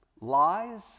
lies